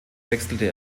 wechselte